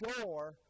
door